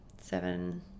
seven